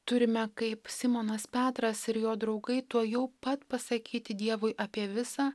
turime kaip simonas petras ir jo draugai tuojau pat pasakyti dievui apie visa